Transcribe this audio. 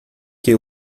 que